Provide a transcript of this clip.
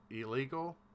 Illegal